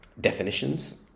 definitions